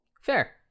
Fair